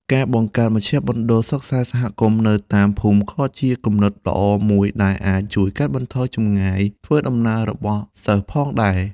ការបង្កើតមជ្ឈមណ្ឌលសិក្សាសហគមន៍នៅតាមភូមិក៏ជាគំនិតល្អមួយដែលអាចជួយកាត់បន្ថយចម្ងាយធ្វើដំណើររបស់សិស្សផងដែរ។